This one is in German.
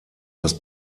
das